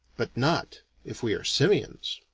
but not if we are simians.